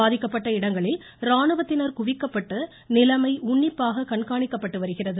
பாதிக்கப்பட்ட இடங்களில் ராணுவத்தினர் குவிக்கப்பட்டு நிலைமை உன்னிப்பாக கண்காணிக்கப்பட்டு வருகிறது